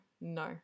no